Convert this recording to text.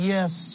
Yes